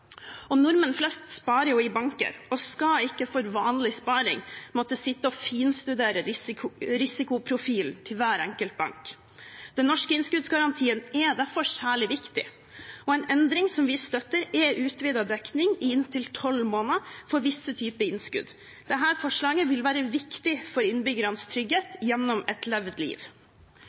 Nordmenn flest sparer i banker, og når det gjelder vanlig sparing, skal de ikke måtte sitte og finstudere risikoprofilen til hver enkelt bank. Den norske innskuddsgarantien er derfor særlig viktig, og en endring som vi støtter, er utvidet dekning i inntil 12 måneder for visse typer innskudd. Dette forslaget vil være viktig for innbyggernes trygghet gjennom et levd liv.